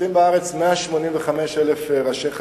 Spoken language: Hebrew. נשחטים בארץ 185,000 ראשי חזיר,